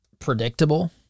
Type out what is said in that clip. Predictable